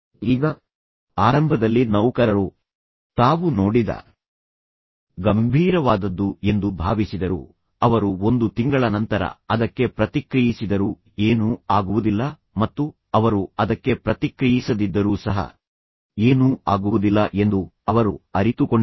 ಈಗ ಆರಂಭದಲ್ಲಿ ನೌಕರರು ತಾವು ನೋಡಿದ ಗಂಭೀರವಾದದ್ದು ಎಂದು ಭಾವಿಸಿದರು ಅವರು ಒಂದು ತಿಂಗಳ ನಂತರ ಅದಕ್ಕೆ ಪ್ರತಿಕ್ರಿಯಿಸಿದರೂ ಏನೂ ಆಗುವುದಿಲ್ಲ ಮತ್ತು ಅವರು ಅದಕ್ಕೆ ಪ್ರತಿಕ್ರಿಯಿಸದಿದ್ದರೂ ಸಹ ಏನೂ ಆಗುವುದಿಲ್ಲ ಎಂದು ಅವರು ಅರಿತುಕೊಂಡರು